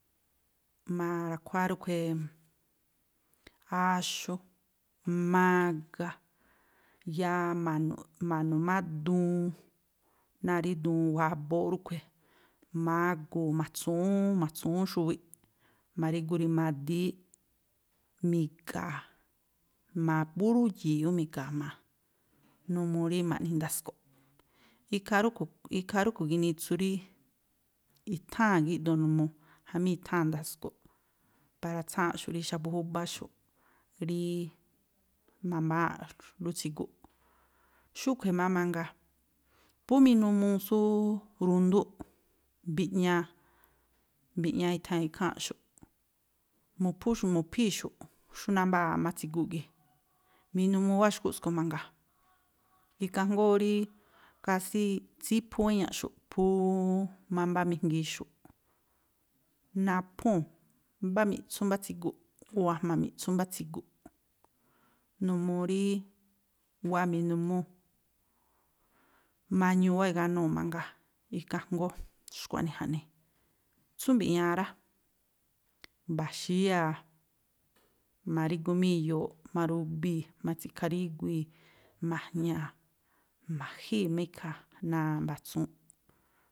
Ma̱ra̱khuáá rúꞌkhui̱, áxú, mágá, yáá ma̱nu̱ má duun, náa̱ rí duun wabooꞌ rúꞌkhui̱, magu̱u̱, ma̱tsu̱wúún, ma̱tsu̱wúún xuwiꞌ, ma̱rígu rimadííꞌ miga̱a̱, jma̱a púrú yi̱i̱ ú mi̱ga̱a̱ jma̱a, numuu rí ma̱ꞌni ndasko̱ꞌ, ikhaa rúꞌkhui̱, ikhaa rúꞌkhui̱ ginitsu rí i̱tháa̱n gíꞌdoo numuu jamí i̱tháa̱n ndasko̱ꞌ, para tsáa̱nꞌxu̱ꞌ rí xa̱bu̱ júbáxu̱ꞌ rííí ma̱mbáa̱ꞌlú tsiguꞌ, xúꞌkhui̱ má mangaa, phú minumuu tsú rundúꞌ, mbi̱ꞌñaa, mbi̱ñaa i̱thaa̱n ikháa̱nꞌxu̱ꞌ. Mu̱phú xu̱ꞌ, mu̱phíi̱ xu̱ꞌ xú námbáa̱ má tsiguꞌ gii̱. Minumuu wáa̱ xkúꞌ skui̱ mangaa, ikhaa jngóó rí kásí tsíphú wéñaꞌxu̱ꞌ phúúú mámbá mijngii xu̱ꞌ. Naphúu̱n mbá miꞌtsú mbá tsiguꞌ, o̱ a̱jma̱ miꞌtsú mbá tsiguꞌ, numuu rí wáa̱ minumúu̱. Mañuu wáa̱ iganuu̱ mangaa, ikhaa jngóó xkua̱ꞌnii jaꞌnii. Tsú mbi̱ꞌñaa rá, mba̱xíyáa̱, ma̱rígu má iyoo̱ꞌ, ma̱rubii̱, ma̱tsi̱kha̱ríguíi̱, ma̱jña̱a̱, ma̱jíi má ikhaa̱ náa̱ mba̱tsuunꞌ.